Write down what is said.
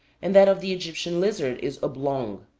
and that of the egyptian lizard is oblong.